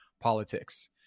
politics